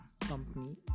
company